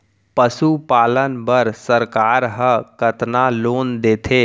पशुपालन बर सरकार ह कतना लोन देथे?